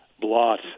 blot